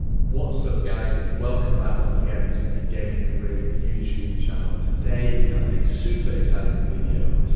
what's up guys? welcome back once again to the gaming careers youtube channel. today, we have a super exciting video,